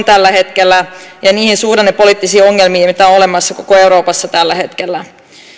tällä hetkellä ja niihin suhdannepoliittisiin ongelmiin mitä on olemassa koko euroopassa tällä hetkellä